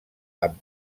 amb